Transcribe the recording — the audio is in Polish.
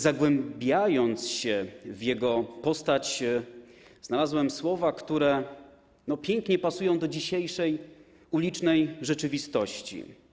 Zagłębiając się w jego postać, znalazłem słowa, które pięknie pasują do dzisiejszej ulicznej rzeczywistości.